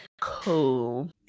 Cool